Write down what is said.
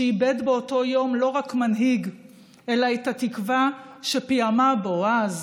שאיבד באותו יום לא רק מנהיג אלא את התקווה שפיעמה בו אז,